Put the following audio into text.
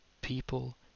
people